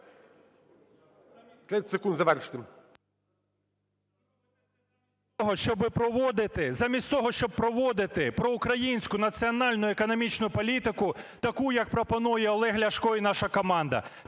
Замість того, щоб проводити проукраїнську національне економічну політику так, як пропонує Олег Ляшко і наша